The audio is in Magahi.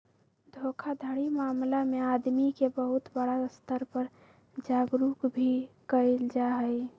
धोखाधड़ी मामला में आदमी के बहुत बड़ा स्तर पर जागरूक भी कइल जाहई